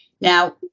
Now